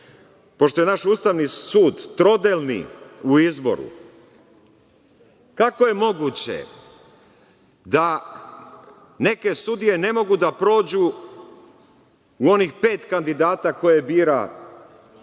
pošto je naš Ustavni sud trodelni u izboru, kako je moguće da neke sudije ne mogu da prođu u onih pet kandidata koje bira